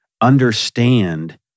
understand